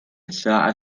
الساعة